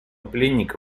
пленника